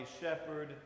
shepherd